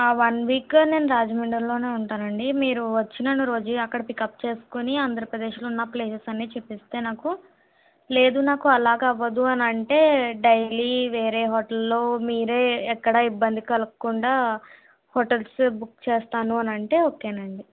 one week నేను రాజమండ్రిలోనే ఉంటానండి మీరు వచ్చి నన్ను రోజు అక్కడ పికప్ చేసుకొని ఆంధ్రప్రదేశ్లో ఉన్న ప్లేసెస్ అన్నీ చూపిస్తే నాకు లేదు నాకు అలాగ అవ్వదు అని అంటే డైలీ వేరే హోటల్లో మీరే ఎక్కడ ఇబ్బంది కలగకుండా హోటల్సు బుక్ చేస్తాను అని అంటే ఒకే అండి